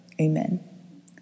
Amen